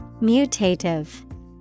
Mutative